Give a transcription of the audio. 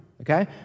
okay